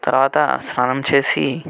తరువాత స్నానం చేసి